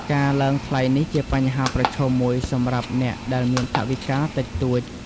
ការឡើងថ្លៃនេះជាបញ្ហាប្រឈមមួយសម្រាប់អ្នកដែលមានថវិកាតិចតួច។